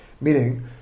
Meaning